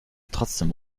trotzdem